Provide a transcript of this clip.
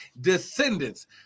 descendants